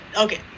okay